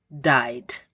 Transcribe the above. died